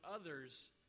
others